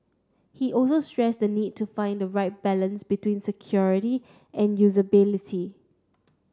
he also stressed the need to find the right balance between security and usability